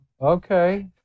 Okay